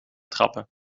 trappen